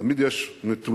תמיד יש נתונים,